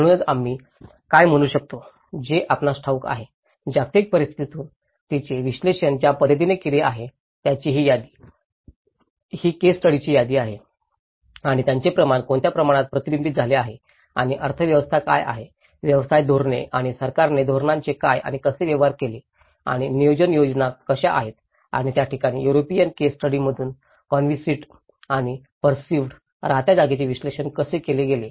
म्हणूनच आम्ही काय म्हणू शकतो हे आपणास ठाऊक आहे जागतिक परिस्थितीतून तिचे विश्लेषण ज्या पद्धतीने केले आहे त्याची ही यादी आहे ही केस स्टडीजची यादी आहे आणि त्याचे प्रमाण कोणत्या प्रमाणात प्रतिबिंबित झाले आहे आणि अर्थव्यवस्था काय आहे व्यवसाय धोरणे आणि सरकारने धोरणांचे काय आणि कसे व्यवहार केले आणि नियोजन योजना कशा आहेत आणि त्या ठिकाणी युरोपीयन केस स्टडीजमधून कॉन्सिव्हड आणि पर्सीव्हड राहत्या जागेचे विश्लेषण कसे केले गेले